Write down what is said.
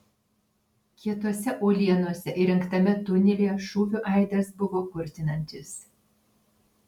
kietose uolienose įrengtame tunelyje šūvių aidas buvo kurtinantis